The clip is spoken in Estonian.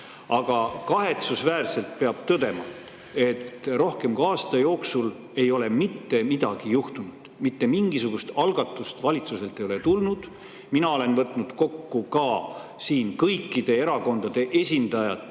Aga kahetsusväärselt peab tõdema, et rohkem kui aasta jooksul ei ole mitte midagi juhtunud, mitte mingisugust algatust ei ole valitsuselt tulnud. Ma olen võtnud kokku kõikide erakondade esindajate